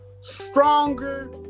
stronger